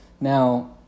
now